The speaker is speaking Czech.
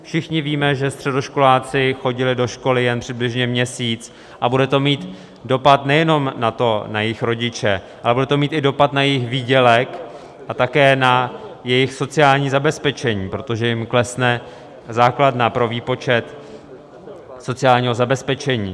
Všichni víme, že středoškoláci chodili do školy jen přibližně měsíc, a bude to mít dopad nejenom na jejich rodiče, ale bude to mít i dopad na jejich výdělek a také na jejich sociální zabezpečení, protože jim klesne základna pro výpočet sociálního zabezpečení.